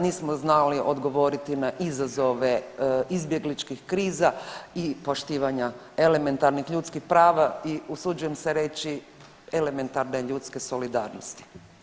Nismo znali odgovoriti na izazove izbjegličkih kriza i poštivanja elementarnih ljudskih prava i usuđujem se reći elementarne ljudske solidarnosti.